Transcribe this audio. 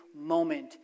moment